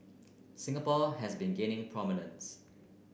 Singapore has been gaining prominence